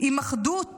עם אחדות